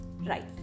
Right